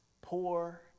poor